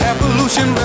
Evolution